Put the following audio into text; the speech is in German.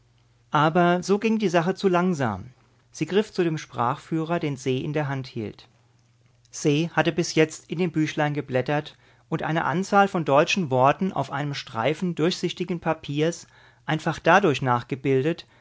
aber so ging die sache zu langsam sie griff zu dem sprachführer den se in der hand hielt se hatte bis jetzt in dem büchlein geblättert und eine anzahl von deutschen worten auf einem streifen durchsichtigen papiers einfach dadurch nachgebildet